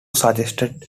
suggested